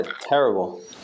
Terrible